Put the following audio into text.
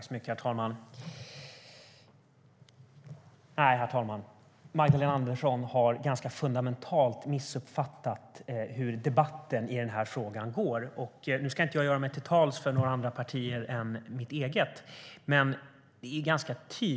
Herr talman! Nej, Magdalena Andersson har ganska fundamentalt missuppfattat hur debatten i den här frågan går. Nu ska inte jag göra mig till tolk för några andra partier än mitt eget.